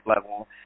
level